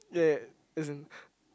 yeah yeah as in